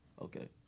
Okay